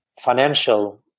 financial